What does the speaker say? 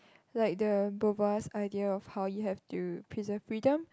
like the robust idea of how you have to preserve freedom